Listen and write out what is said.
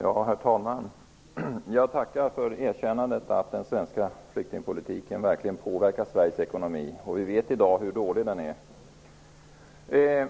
Herr talman! Jag tackar för erkännandet att den svenska flyktingpolitiken verkligen påverkar Sveriges ekonomi. Vi vet i dag hur dålig den ekonomin är.